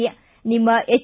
ಿ ನಿಮ್ನ ಎಚ್